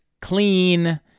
clean